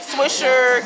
Swisher